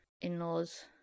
in-laws